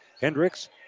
Hendricks